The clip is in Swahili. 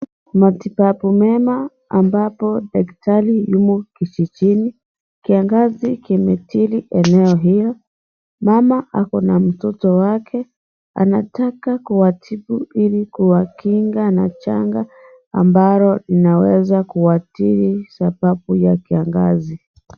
Matibabu mema ambapo daktari yumo kijijini, kiangazi kimeathiri eneo hiyo mama ako na mtoto wake anataka kuwatibu ili kuwakinga na changa ambayo inaweza kuwaathiri sababu ya kiangazi.